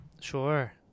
Sure